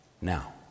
Now